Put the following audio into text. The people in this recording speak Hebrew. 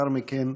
ולאחר מכן